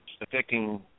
affecting